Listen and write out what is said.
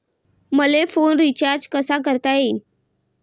मले phone recharge कसा करता येईन?